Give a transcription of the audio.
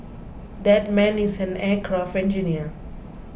that man is an aircraft engineer